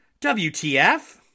WTF